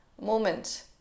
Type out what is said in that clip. moment